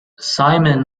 simon